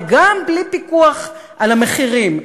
וגם בלי פיקוח על המחירים.